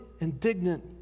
indignant